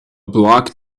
block